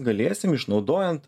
galėsim išnaudojant